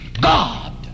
God